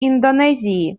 индонезии